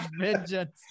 vengeance